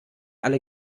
alle